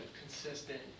consistent